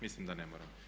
Mislim da ne moram.